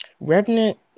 Revenant